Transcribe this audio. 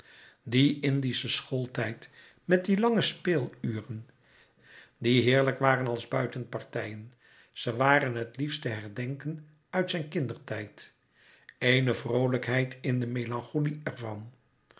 die indische schooltijd met die lange speeluren die heerlijk waren als buitenpartijen ze waren het liefste herdenken uit zijn kindertijd eene vroolijkheid in de melancholie ervan